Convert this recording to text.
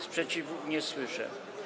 Sprzeciwu nie słyszę.